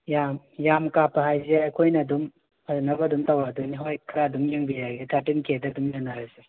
ꯌꯥꯝ ꯌꯥꯝ ꯀꯥꯞꯄ ꯍꯥꯏꯁꯦ ꯑꯩꯈꯣꯏꯅ ꯑꯗꯨꯝ ꯐꯅꯕ ꯑꯗꯨꯝ ꯇꯧꯔꯛꯑꯗꯣꯏꯅꯦ ꯍꯣꯏ ꯈꯔ ꯑꯗꯨꯝ ꯌꯦꯡꯕꯤꯔꯒꯦ ꯊꯥꯔꯇꯤꯟ ꯀꯦꯗ ꯑꯗꯨꯝ ꯌꯥꯅꯔꯁꯤ